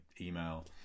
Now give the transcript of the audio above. email